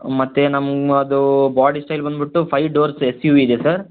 ಮತ್ತು ನಮ್ಮದು body style ಬಂದ್ಬಿಟ್ಟು five doors S U V ಇದೆ ಸರ್